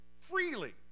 freely